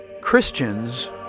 Christians